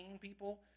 people